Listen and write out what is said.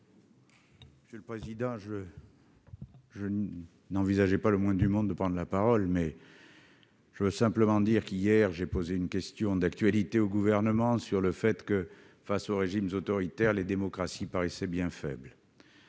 Monsieur le président, je n'envisageais pas le moins du monde de prendre la parole, mais je veux simplement dire qu'hier j'ai posé une question d'actualité au Gouvernement sur le fait que, face aux régimes autoritaires, les démocraties paraissaient bien faibles.